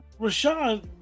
Rashawn